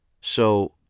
So